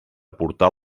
portar